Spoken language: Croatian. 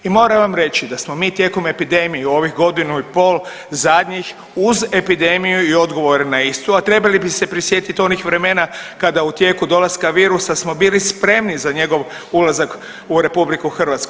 I moram vam reći da smo mi tijekom epidemije u ovih godinu i pol zadnjih uz epidemiju i odgovore na istu, a trebali bi se prisjetit onih vremena kada u tijeku dolaska virusa smo bili spremni za njegov ulazak u RH.